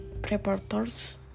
preparators